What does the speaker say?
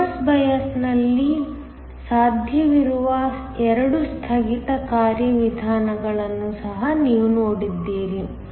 reverse ಬಯಾಸ್ನಲ್ಲಿ ಸಾಧ್ಯವಿರುವ 2 ಸ್ಥಗಿತ ಕಾರ್ಯವಿಧಾನಗಳನ್ನು ಸಹ ನೀವು ನೋಡಿದ್ದೀರಿ